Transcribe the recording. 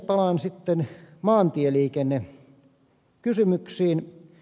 palaan sitten maantieliikennekysymyksiin